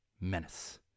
menace